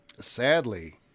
sadly